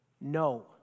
No